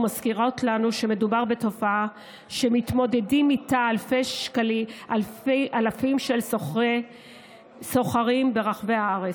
ומזכירות לנו שמדובר בתופעה שמתמודדים איתה אלפים של שוכרים ברחבי הארץ.